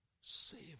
save